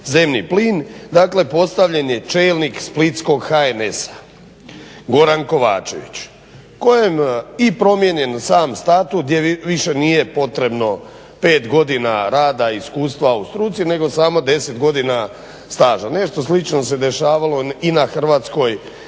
zemni plin, dakle postavljen je čelnik splitskog HNS-a, Goran Kovačević kojem i promijenjeni sam statut gdje više nije potrebno 5 godina rada i iskustva u struci nego samo 10 godina staža. Nešto slično se dešavalo i na Hrvatskoj